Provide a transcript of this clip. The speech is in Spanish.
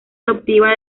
adoptiva